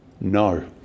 No